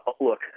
Look